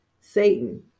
Satan